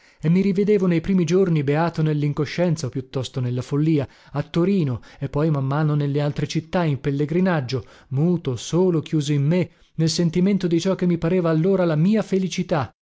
e mi rivedevo nei primi giorni beato nellincoscienza o piuttosto nella follia a torino e poi man mano nelle altre città in pellegrinaggio muto solo chiuso in me nel sentimento di ciò che mi pareva allora la mia felicità